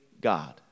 God